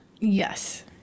Yes